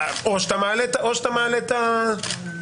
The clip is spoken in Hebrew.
או שאתה מעלה את הרווח.